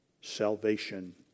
salvation